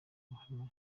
ruhame